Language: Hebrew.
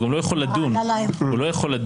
הוא גם לא יכול לדון